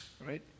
Right